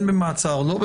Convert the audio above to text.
הוא כן במעצר, לא במעצר?